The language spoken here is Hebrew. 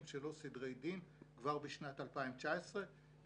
של עובדות סוציאליות לסדרי דין כבר בשנת 2019 לצאת